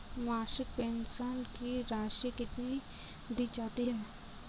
मासिक पेंशन की राशि कितनी दी जाती है?